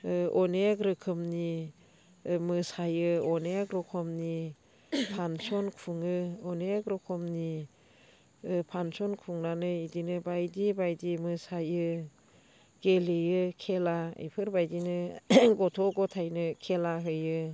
अनेक रोखोमनि मोसायो अनेक रोखोमनि फांसन खुङो अनेक रोखोमनि फांसन खुंनानै बिदिनो बायदि बायदि मोसायो गेलेयो खेला बेफरोबायदिनो गथ' गथायनो खेला होयो